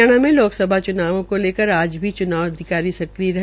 हरियाणा में लोकसभा च्नावों को लेकर आज भी च्नाव अधिकारी सक्रिय है